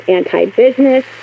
anti-business